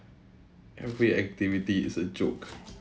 every activity is a joke